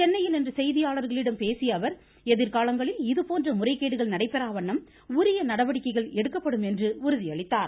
சென்னையில் இன்று செய்தியாளர்களிடம் பேசிய அவர் எதிர்காலங்களில் இதுபோன்ற முறைகேடுகள் நடைபெறா வண்ணம் உரிய நடவடிக்கைகள் எடுக்கப்படும் என்று உறுதி அளித்தார்